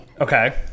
Okay